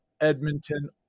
Edmonton